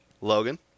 Logan